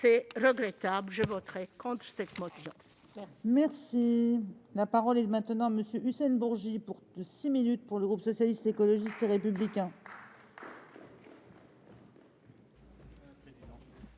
C'est regrettable. Je voterai contre cette motion.